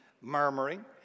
murmuring